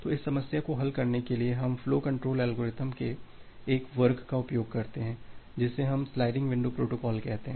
तो इस समस्या को हल करने के लिए हम फ्लो कंट्रोल एल्गोरिदम के एक वर्ग का उपयोग करते हैं जिसे हम स्लाइडिंग विंडो प्रोटोकॉल कहते हैं